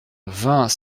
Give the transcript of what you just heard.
vingt